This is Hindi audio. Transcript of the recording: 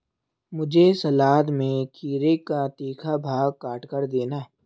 मुझे सलाद में खीरे का तीखा भाग काटकर देना